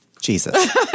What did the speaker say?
Jesus